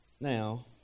Now